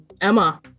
Emma